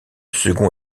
second